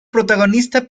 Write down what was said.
protagonista